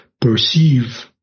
perceive